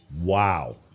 Wow